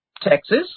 Texas